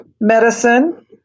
medicine